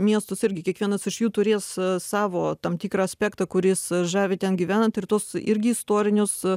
miestus irgi kiekvienas iš jų turės savo tam tikrą aspektą kuris žavi ten gyvenant ir tuos irgi istorinius